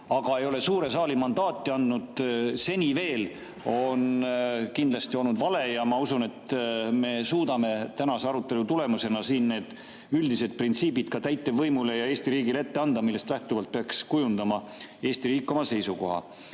ole seni veel suure saali mandaati andnud, on kindlasti olnud vale. Ma usun, et me suudame tänase arutelu tulemusena siin need üldised printsiibid ka täitevvõimule ja Eesti riigile ette anda, millest lähtuvalt peaks kujundama Eesti riik oma seisukoha.